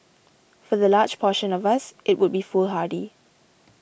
for the large portion of us it would be foolhardy